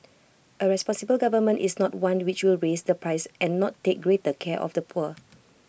A responsible government is not one which will raise the price and not take greater care of the poor